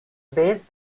based